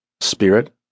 Spirit